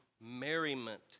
merriment